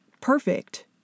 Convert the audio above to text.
perfect